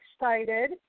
excited